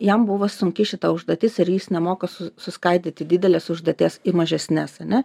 jam buvo sunki šita užduotis ir jis nemoka su suskaidyti didelės užduoties į mažesnes ne